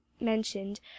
mentioned